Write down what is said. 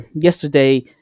yesterday